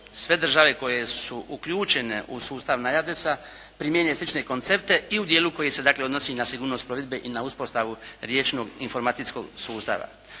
sve države koje su uključene u sustav …/Govornik se ne razumije./… primjenjuje slične koncepte i u dijelu koji se dakle, odnosi na sigurnost plovidbe i na uspostavu riječnog informacijskog sustava.